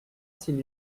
s’il